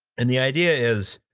and the idea is,